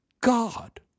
God